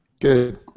good